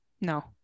no